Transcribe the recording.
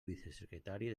vicesecretari